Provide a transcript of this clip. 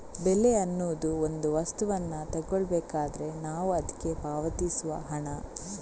ಬೆಲೆ ಅನ್ನುದು ಒಂದು ವಸ್ತುವನ್ನ ತಗೊಳ್ಬೇಕಾದ್ರೆ ನಾವು ಅದ್ಕೆ ಪಾವತಿಸುವ ಹಣ